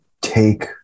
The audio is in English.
take